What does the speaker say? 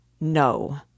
No